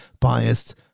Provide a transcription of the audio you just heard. biased